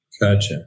Gotcha